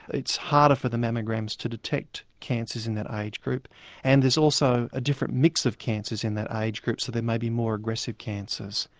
it's harder for the mammograms to detect cancers in that age group and there's also a different mix of cancers in that age group, so there may be more aggressive cancers.